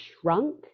shrunk